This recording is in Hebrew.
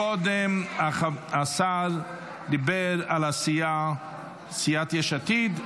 קודם השר דיבר על סיעת יש עתיד,